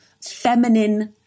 feminine